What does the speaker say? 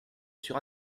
sur